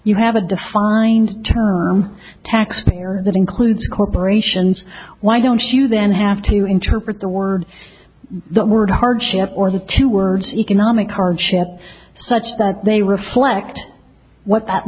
you have a defined term tax payer that includes corporations why don't you then have to interpret the word the word hardship or the two words economic hardship such that they reflect what that